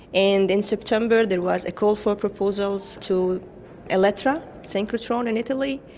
and in september there was a call for proposals to elettra, a synchrotron in italy.